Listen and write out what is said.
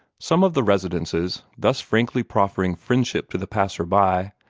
some of the residences, thus frankly proffering friendship to the passer-by,